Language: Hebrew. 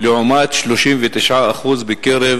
לעומת 39% בקרב